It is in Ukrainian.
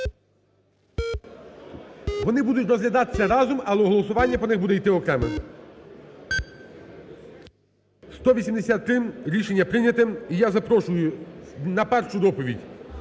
Вони будуть голосуватися разом, але голосування по них буде іти окреме. 11:57:04 За-183 Рішення прийнято. І я запрошую на першу доповідь